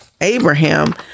Abraham